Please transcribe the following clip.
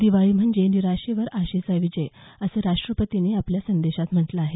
दिवाळी म्हणजे निराशेवर आशेचा विजय असं राष्ट्रपतींनी आपल्या संदेशात म्हटलं आहे